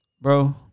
bro